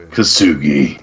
Kasugi